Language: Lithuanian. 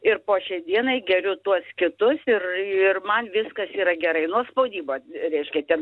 ir po šiai dienai geriu tuos kitus ir ir man viskas yra gerai nuo spaudimo o reiškia ten